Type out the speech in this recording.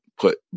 put